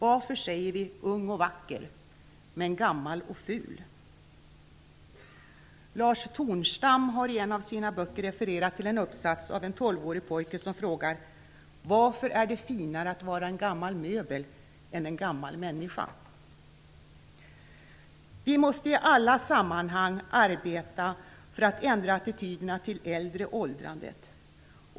Varför säger vi "ung och vacker" men "gammal och ful"? Lars Tornstam har i en av sina böcker refererat till en uppsats av en tolvårig pojke som frågar: "Varför är det finare att vara en gammal möbel än en gammal människa?" Vi måste i alla sammanhang arbeta för att ändra attityderna till de äldre och åldrandet.